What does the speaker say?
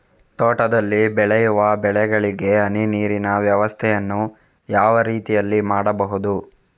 ತೋಟದಲ್ಲಿ ಬೆಳೆಯುವ ಬೆಳೆಗಳಿಗೆ ಹನಿ ನೀರಿನ ವ್ಯವಸ್ಥೆಯನ್ನು ಯಾವ ರೀತಿಯಲ್ಲಿ ಮಾಡ್ಬಹುದು?